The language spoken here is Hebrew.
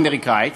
האמריקנית,